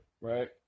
Right